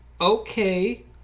Okay